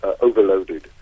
overloaded